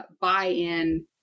buy-in